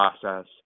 process